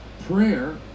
prayer